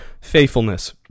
faithfulness